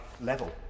level